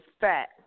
fat